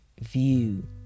view